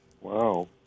Wow